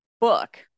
book